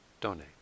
donate